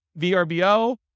VRBO